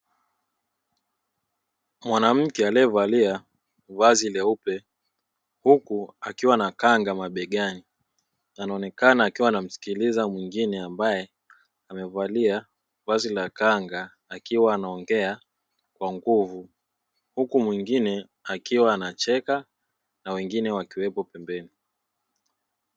Mwanamke aliyavalia vazi leupe huku akiwa na kanga mabegani anaonekana akiwa anamsikiliza mwingine ambaye amevalia vazi la kanga akiwa anaongea kwa nguvu huku mwingine akiwa anacheka na wengine wakiwepo pembeni.